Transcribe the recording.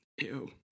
Ew